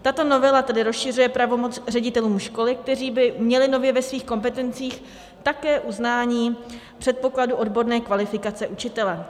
Tato novela tedy rozšiřuje pravomoc ředitelům školy, kteří by měli nově ve svých kompetencích také uznání předpokladu odborné kvalifikace učitele.